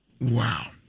wow